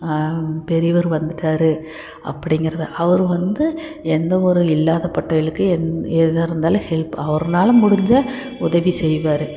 பெரியவர் வந்துட்டார் அப்படிங்கறது அவர் வந்து எந்த ஒரு இல்லாத பட்டவைகளுக்கு எ எதாக இருந்தாலும் ஹெல்ப் அவருனால முடிஞ்ச உதவி செய்வார்